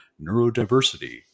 neurodiversity